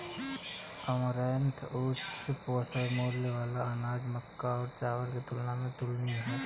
amaranth उच्च पोषण मूल्य वाला अनाज मक्का और चावल की तुलना में तुलनीय है